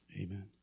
amen